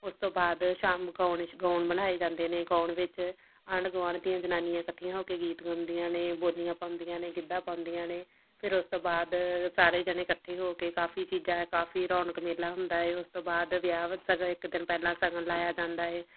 ਉਸ ਤੋਂ ਬਾਅਦ ਸ਼ਾਮ ਗੌਣ ਗੌਣ ਬਣਾਏ ਜਾਂਦੇ ਨੇ ਗੌਣ ਵਿੱਚ ਆਂਢ ਗੁਆਂਢ ਦੀਆਂ ਜਨਾਨੀਆਂ ਇਕੱਠੀਆਂ ਹੋ ਕੇ ਗੀਤ ਗਾਉਂਦੀਆਂ ਨੇ ਬੋਲੀਆਂ ਪਾਉਂਦੀਆਂ ਨੇ ਗਿੱਧਾ ਪਾਉਂਦੀਆਂ ਨੇ ਫਿਰ ਉਸ ਤੋਂ ਬਾਅਦ ਸਾਰੇ ਜਣੇ ਇਕੱਠੇ ਹੋ ਕੇ ਕਾਫੀ ਚੀਜ਼ਾਂ ਕਾਫੀ ਰੌਣਕ ਮੇਲਾ ਹੁੰਦਾ ਏ ਉਸ ਤੋਂ ਬਾਅਦ ਵਿਆਹ ਸਗ ਇੱਕ ਦਿਨ ਪਹਿਲਾਂ ਸ਼ਗਨ ਲਾਇਆ ਜਾਂਦਾ ਏ